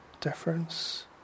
difference